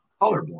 Colorblind